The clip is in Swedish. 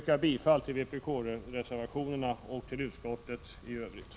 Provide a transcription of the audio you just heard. Jag yrkar bifall till vpk-reservationerna och i övrigt till utskottets hemställan.